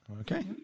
Okay